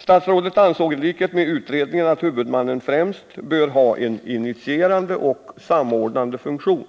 Statsrådet anser i likhet med utredningen att huvudmannen främst bör ha en initierande och samordnande funktion.